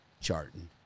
Charting